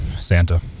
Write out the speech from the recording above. santa